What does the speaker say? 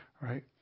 Right